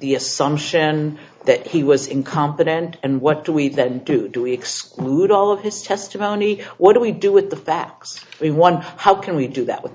the assumption that he was incompetent and what do we then do to exclude all of his testimony what do we do with the facts we want how can we do that with the